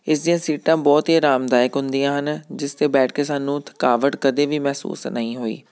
ਇਸ ਦੀਆਂ ਸੀਟਾਂ ਬਹੁਤ ਹੀ ਆਰਾਮਦਾਇਕ ਹੁੰਦੀਆਂ ਹਨ ਜਿਸ 'ਤੇ ਬੈਠ ਕੇ ਸਾਨੂੰ ਥਕਾਵਟ ਕਦੇ ਵੀ ਮਹਿਸੂਸ ਨਹੀਂ ਹੋਈ